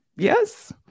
yes